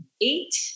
eight